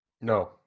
No